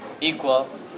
equal